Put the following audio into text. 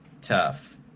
tough